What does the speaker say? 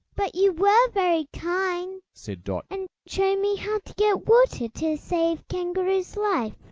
but you were very kind, said dot, and showed me how to get water to save kangaroo's life.